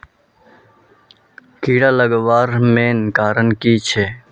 कीड़ा लगवार मेन कारण की छे?